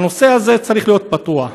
הנושא הזה צריך להיות פתוח.